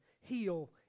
heal